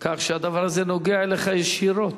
כך שהדבר הזה נוגע בך ישירות,